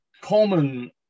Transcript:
common